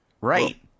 Right